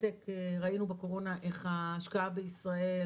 ראינו בקורונה איך ההשקעה בישראל,